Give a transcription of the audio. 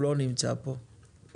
הוא לא נמצא פה,